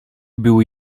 były